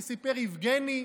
סיפר יבגני,